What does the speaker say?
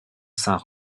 saint